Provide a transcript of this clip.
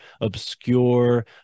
obscure